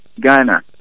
Ghana